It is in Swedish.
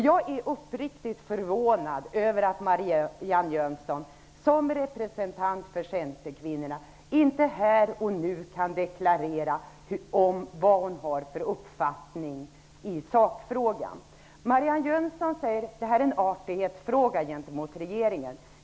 Jag är uppriktigt förvånad över att Marianne Jönsson som representant för centerkvinnorna inte här och nu kan deklarera vad hon har för uppfattning i sakfrågan. Marianne Jönsson säger att detta är en fråga om artighet gentemot regeringen.